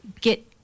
get